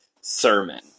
sermon